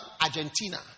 Argentina